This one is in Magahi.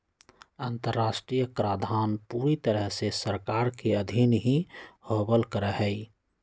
अन्तर्राष्ट्रीय कराधान पूरी तरह से सरकार के अधीन ही होवल करा हई